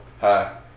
hi